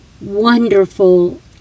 wonderful